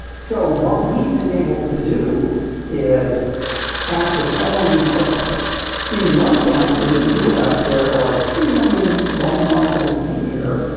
so what we've been able to do is ask the following question in lung cancer in the us there are three million lung nodules a year,